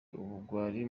ubugwari